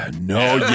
No